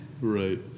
Right